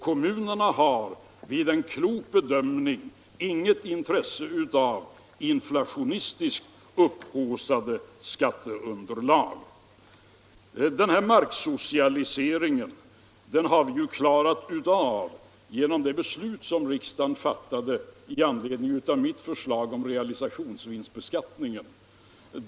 Kommunerna har vid en klok bedömning inget intresse av inflationistiskt upphaussade skatteunderlag. Frågan om marksocialisering har vi ju klarat av genom det beslut som riksdagen fattade i anledning av mitt förslag om realisationsvinstbeskattningen.